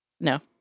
No